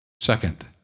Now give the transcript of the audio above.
Second